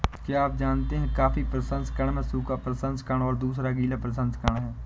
क्या आप जानते है कॉफ़ी प्रसंस्करण में सूखा प्रसंस्करण और दूसरा गीला प्रसंस्करण है?